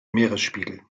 meeresspiegel